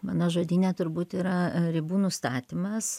mano žodyne turbūt yra ribų nustatymas